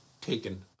taken